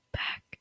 back